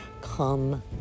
come